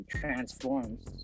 transforms